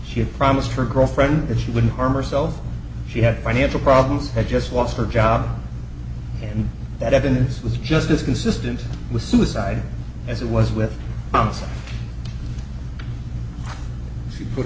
she had promised her girlfriend that she wouldn't harm herself she had financial problems i just lost her job and that evidence was just as consistent with suicide as it was with homicide she put